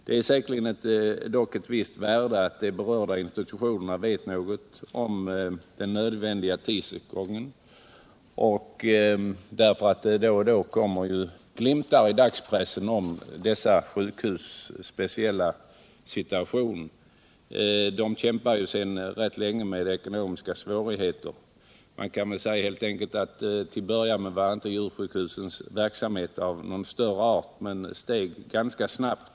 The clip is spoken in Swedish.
Det är säkerligen av värde att institutionerna vet någonting om den nödvändiga tidsåtgången, eftersom man i dagspressen då och då kan se glimtar om den speciella situation som råder för dessa sjukhus. De kämpar sedan rätt länge mot stora ekonomiska svårigheter. Man kan väl helt enkelt säga att djursjukhusens verksamhet till en början inte var av någon större betydelse, men den växte snabbt.